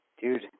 Dude